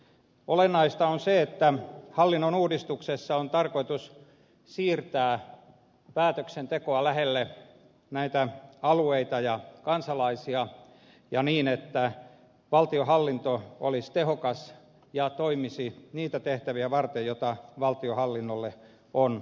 olennaista on se että hallinnonuudistuksessa on tarkoitus siirtää päätöksentekoa lähelle alueita ja kansalaisia niin että valtionhallinto olisi tehokas ja toimisi niitä tehtäviä varten joita valtionhallinnolle on asetettu